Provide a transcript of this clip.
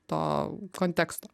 to konteksto